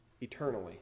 eternally